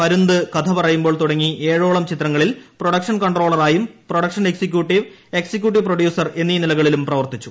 പരുന്ത് കഥപറയുമ്പോൾ തുടങ്ങി ഏഴോളം ചിത്രങ്ങളിൽ പ്രൊഡക്ഷൻ കണ്ട്രോളറായും പ്രൊഡക്ഷൻ എക്സിക്യൂട്ടീവ് എക്സിക്യൂട്ടീവ് പ്രൊഡ്യൂസർ എന്നീ നിലകളിലും പ്രവർത്തിച്ചു